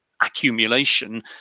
accumulation